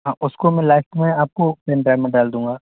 हाँ उसको मिला कर उसको पेन ड्राइव में डाल दूँगा